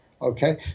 Okay